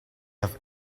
have